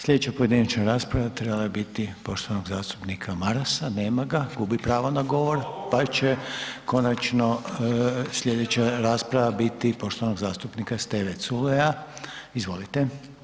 Slijedeća pojedinačna rasprava trebala je biti poštovanog zastupnika Marasa, nema ga, gubi pravo na govor, pa će konačno slijedeća rasprava biti poštovanog zastupnika Steve Culeja, izvolite.